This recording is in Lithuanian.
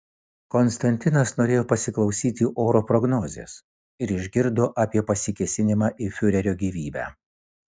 konstantinas norėjo pasiklausyti oro prognozės ir išgirdo apie pasikėsinimą į fiurerio gyvybę